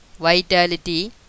Vitality